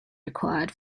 required